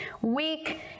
weak